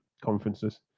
conferences